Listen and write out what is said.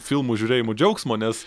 filmų žiūrėjimo džiaugsmo nes